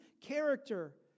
character